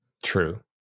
True